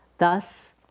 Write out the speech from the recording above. Thus